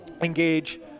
engage